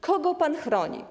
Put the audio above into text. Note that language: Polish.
Kogo pan chroni?